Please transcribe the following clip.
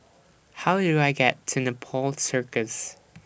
How Do I get to Nepal Circus